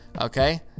Okay